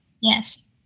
Yes